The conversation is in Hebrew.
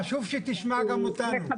חשוב שתשמע גם אותנו.